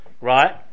right